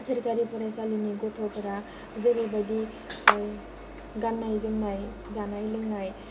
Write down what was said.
सोरखारि फरायसालिनि गथ'फोरा जेरैबायदि गान्नाय जोमनाय जानाय लोंनाय